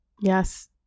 Yes